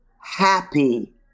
happy